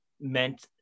meant